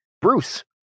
Bruce